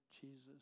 Jesus